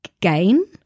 Gain